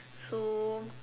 so